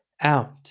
Out